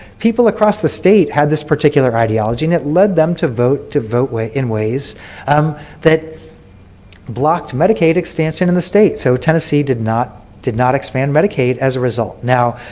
people across the state had this particular ideology, and it led them to vote to vote in ways that blocked medicaid expansion in the state. so tennessee did not did not expand medicaid as a result. now,